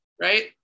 right